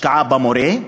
השקעה במורה,